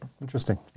Interesting